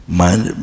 mind